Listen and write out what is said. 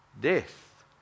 death